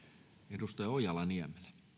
arvoisa herra